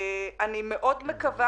אני מקווה מאוד,